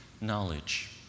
knowledge